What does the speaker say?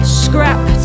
scrap